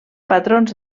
patrons